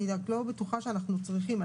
אני רק לא בטוחה שאנחנו צריכים.